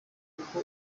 kuko